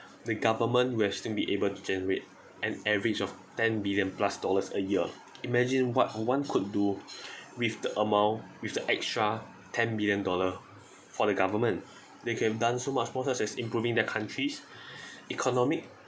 the government will still be able to generate an average of ten billion plus dollars a year imagine what would one could do with the amount with the extra ten billion dollar for the government they could have done so much more such as improving the country's economic